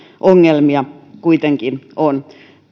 ongelmia kuitenkin on